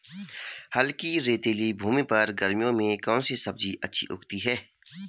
हल्की रेतीली भूमि पर गर्मियों में कौन सी सब्जी अच्छी उगती है?